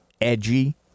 edgy